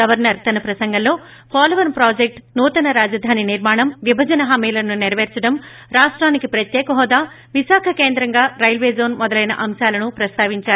governor తన ప్రసంగంలో Polavaram project నూతన రాజధాని నిర్మాణం విభజన హామీలను నెరపేర్చడం రాష్టానికి ప్రత్యేక హోదా విశాఖ కేంద్రంగా రైల్వే జోన్ మొదలైన అంశాలను ప్రస్తావించారు